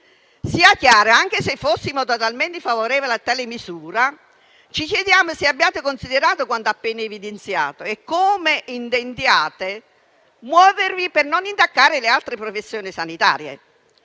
Sia chiaro: anche se fossimo favorevoli a tale misura, ci chiediamo se abbiate considerato quanto appena evidenziato e come intendiate muovervi per non intaccare le altre professioni sanitarie.